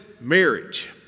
marriage